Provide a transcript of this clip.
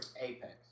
Apex